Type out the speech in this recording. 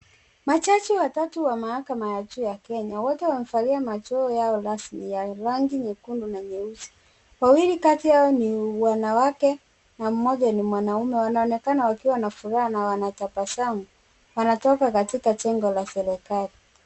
Majaji watatu wa mahakama ya juu ya Kenya, wote wamevalia majoho yao rasmi ya rangi ya nyekundu na nyeusi ,wawili kati yao ni wanawake na mmoja ni mwanamme ,wanaonekana wakiwa na furaha na wanatabasamu, wanatoka katika jengo la serikali.